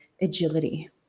agility